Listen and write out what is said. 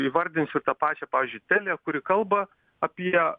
įvardinsiu ir tą pačią pavyzdžiui telia kuri kalba apie